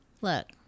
Look